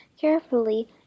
carefully